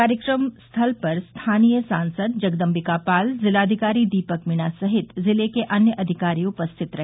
कार्यक्रम स्थल पर स्थानीय सांसद जगदम्बिका पाल जिलाधिकारी दीपक मीणा सहित जिले के अन्य अधिकारीगण उपस्थित रहे